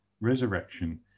resurrection